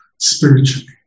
spiritually